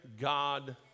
god